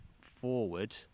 forward